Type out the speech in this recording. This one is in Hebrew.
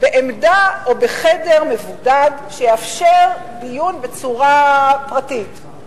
או בחדר מבודד שיאפשר דיון בצורה פרטית.